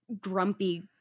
grumpy